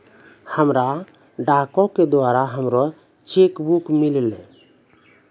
हमरा डाको के द्वारा हमरो चेक बुक मिललै